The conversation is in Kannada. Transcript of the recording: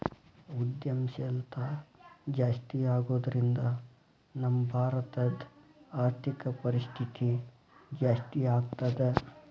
ಉದ್ಯಂಶೇಲ್ತಾ ಜಾಸ್ತಿಆಗೊದ್ರಿಂದಾ ನಮ್ಮ ಭಾರತದ್ ಆರ್ಥಿಕ ಪರಿಸ್ಥಿತಿ ಜಾಸ್ತೇಆಗ್ತದ